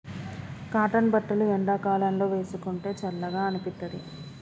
cotton బట్టలు ఎండాకాలం లో వేసుకుంటే చల్లగా అనిపిత్తది